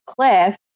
Cliff